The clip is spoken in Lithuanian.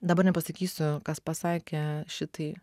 dabar nepasakysiu kas pasakė šitai